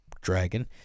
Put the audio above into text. dragon